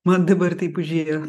man dabar taip užėjo